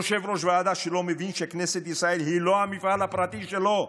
ליושב-ראש ועדה שלא מבין שכנסת ישראל היא לא המפעל הפרטי שלו,